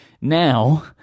now